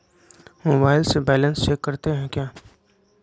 Mobile से balance check करते हैं क्या?